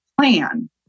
plan